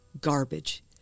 garbage